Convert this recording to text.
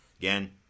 Again